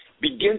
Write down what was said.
begin